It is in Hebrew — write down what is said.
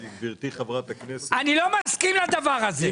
גברתי חברת הכנסת --- אני לא מסכים לדבר הזה.